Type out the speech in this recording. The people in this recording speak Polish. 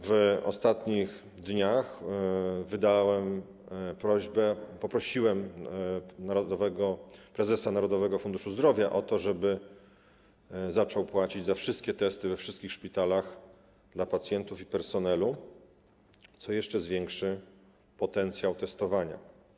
W ostatnich dniach poprosiłem prezesa Narodowego Funduszu Zdrowia o to, żeby zaczął płacić za wszystkie testy we wszystkich szpitalach dla pacjentów i personelu, co jeszcze zwiększy potencjał testowania.